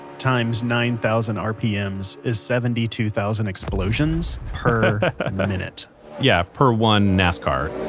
times nine thousand rpms, is seventy two thousand explosions per minute yeah, per one nascar